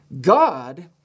God